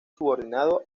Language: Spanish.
subordinado